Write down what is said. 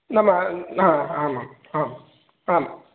नाम आमाम् आम् आम्